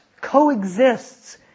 coexists